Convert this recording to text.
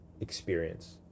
experience